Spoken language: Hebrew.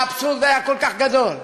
האבסורד היה כל כך גדול.